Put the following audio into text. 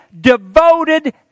devoted